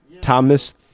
Thomas